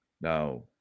Now